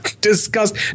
Disgust